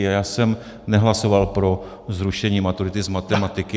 A já jsem nehlasoval pro zrušení maturity z matematiky.